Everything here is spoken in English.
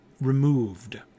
removed